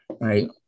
right